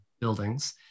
buildings